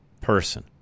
person